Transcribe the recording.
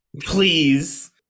please